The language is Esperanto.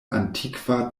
antikva